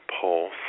pulse